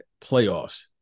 playoffs